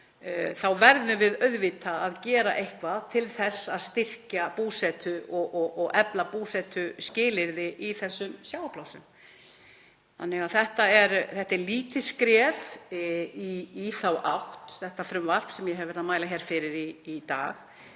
Þá verðum við auðvitað að gera eitthvað til þess að styrkja búsetu og efla búsetuskilyrði í þessum sjávarplássum. Þetta er lítið skref í þá átt, það frumvarp sem ég hef verið að mæla hér fyrir í dag,